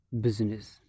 business